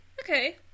Okay